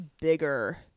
bigger